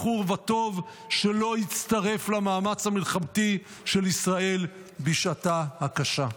בחור וטוב שלא יצטרף למאמץ המלחמתי של ישראל בשעתה הקשה.